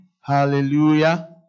Hallelujah